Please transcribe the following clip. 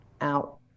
out